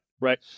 right